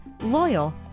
loyal